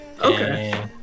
Okay